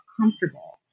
comfortable